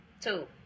two